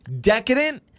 decadent